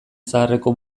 zaharreko